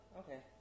okay